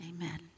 Amen